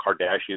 Kardashian